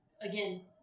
again